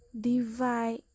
Divide